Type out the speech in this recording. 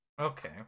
Okay